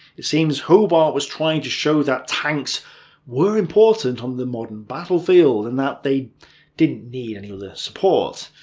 it seems hobart was trying to show that tanks were important on the modern battlefield, and that they didn't need any other support.